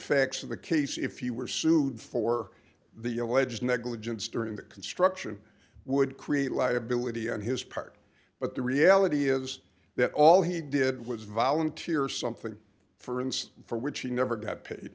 facts of the case if you were sued for the alleged negligence during the construction would create liability on his part but the reality is that all he did was volunteer something for instance for which he never got paid